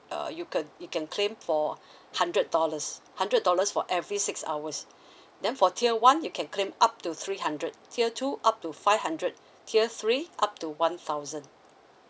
uh you can you can claim for hundred dollars hundred dollars for every six hours then for tier one you can claim up to three hundred tier two up to five hundred tier three up to one thousand